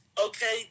okay